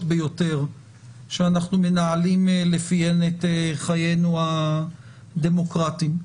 ביותר שאנחנו מנהלים לפיהן את חיינו הדמוקרטיים.